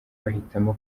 bahitamo